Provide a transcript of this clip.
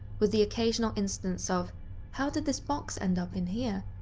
with the occasional instance of how did this box end up in here?